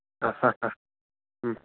हा हा हा ह्म्